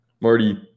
Marty